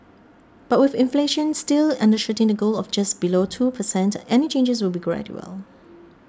but with inflation still undershooting the goal of just below two per cent any changes will be gradual